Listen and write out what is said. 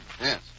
Yes